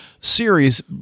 series